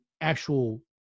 actual